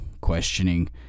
questioning